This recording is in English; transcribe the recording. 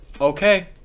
Okay